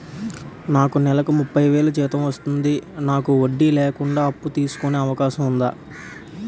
నాకు నేలకు ముప్పై వేలు జీతం వస్తుంది నాకు వడ్డీ లేకుండా అప్పు తీసుకునే అవకాశం ఉందా